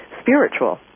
spiritual